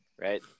right